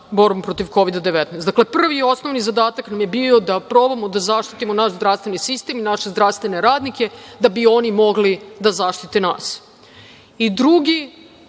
borbom protiv COVID 19.Dakle, prvi i osnovni zadatak nam je bio da probamo da zaštitimo naš zdravstveni sistem i naše zdravstvene radnike da bi oni mogli da zaštite nas. Drugi